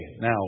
now